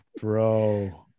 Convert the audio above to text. Bro